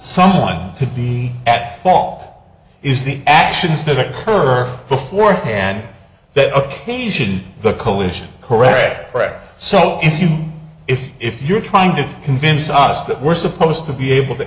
someone to be at fault is the actions that occur beforehand that occasion the coalition correct right so if you if if you're trying to convince us that we're supposed to be able to